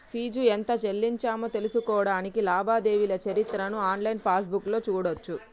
fee ఎంత చెల్లించామో తెలుసుకోడానికి లావాదేవీల చరిత్రను ఆన్లైన్ పాస్బుక్లో చూడచ్చు